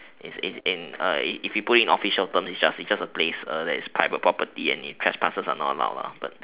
is is in a if you put in official terms it's just it's just a place ah that is private property and trespassers are not allowed ah but